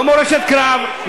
לא מורשת קרב,